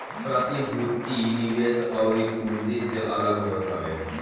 प्रतिभूति निवेश अउरी पूँजी से अलग होत हवे